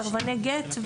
סרבני גט.